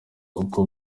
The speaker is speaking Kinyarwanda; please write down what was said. uko